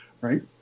right